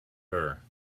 her